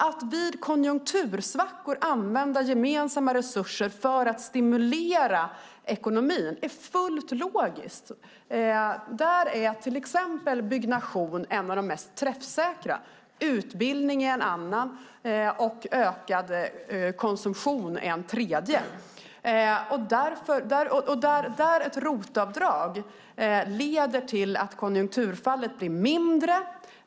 Att vid konjunktursvackor använda gemensamma resurser för att stimulera ekonomin är fullt logiskt. Då är till exempel byggnation något av det mest träffsäkra. Utbildning och ökad konsumtion är andra exempel. Då leder ett ROT-avdrag till att konjunkturfallet blir mindre.